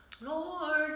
Lord